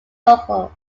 vocal